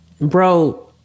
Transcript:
bro